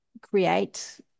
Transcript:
create